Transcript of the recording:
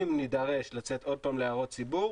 אם נידרש לצאת עוד פעם להערות ציבור